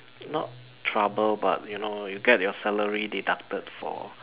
not trouble but you know you get your salary deducted for